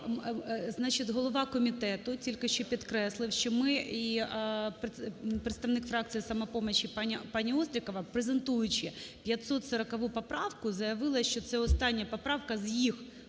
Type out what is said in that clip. Голова комітету тільки що підкреслив, що ми і… представник фракції "Самопомочі" пані Острікова, презентуючи 540 поправку, заявила, що це остання поправка з їх